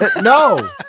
no